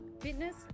fitness